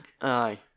Aye